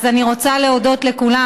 אז אני רוצה להודות לכולם.